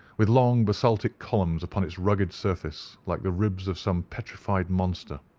with long basaltic columns upon its rugged surface like the ribs of some petrified monster.